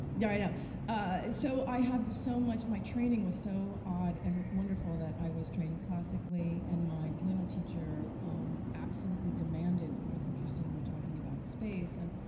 yeah but so i have so much my training was so odd and wonderful that i was trained classically, and my piano teacher um absolutely demanded you know, it's interesting we're talking about space, and